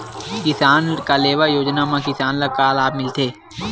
किसान कलेवा योजना म किसान ल का लाभ मिलथे?